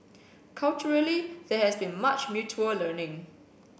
culturally there has been much mutual learning